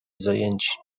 zajęci